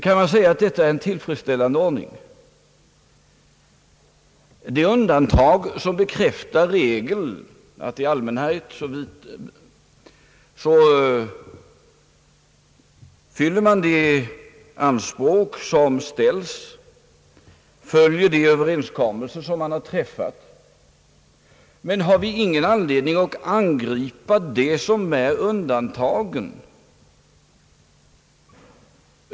Kan man säga att detta är en tillfredsställande ordning? Det är undantag som bekräftar regeln, blir invändningen. I allmänhet fyller man de anspråk som ställs och följer de överenskommelser som är träffade. Men har vi ingen anledning att angripa undantagen?